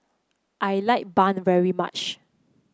I like bun very much